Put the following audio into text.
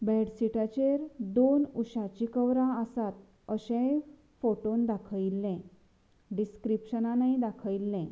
बेडशीटाचेर दोन उशाचीं कवरां आसात अशेंय फोटोवन दाखयल्लें डिस्क्रिपशनानय दाखयल्लें